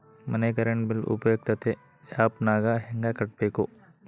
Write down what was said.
ಮನೆ current bill ಉಪಯುಕ್ತತೆ app ನಾಗ ಹೆಂಗ ಕಟ್ಟಬೇಕು?